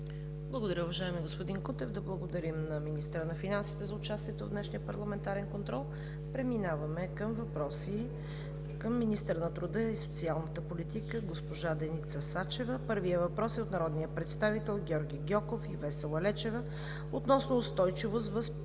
Благодаря, уважаеми господин Кутев. Да благодарим на министъра на финансите за участието в днешния парламентарен контрол. Преминаваме към въпроси към министъра на труда и социалната политика госпожа Деница Сачева. Първият въпрос е от народните представители Георги Гьоков и Весела Лечева относно устойчивост в предоставянето